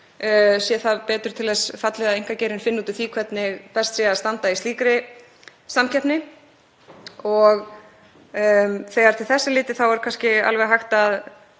sé það betur til þess fallið að einkageirinn finni út úr því hvernig best sé að standa í slíkri samkeppni. Þegar til þess er litið er kannski alveg hægt að